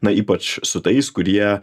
na ypač su tais kurie